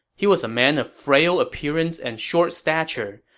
he was a man of frail appearance and short stature,